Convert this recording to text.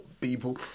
people